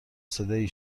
صدایی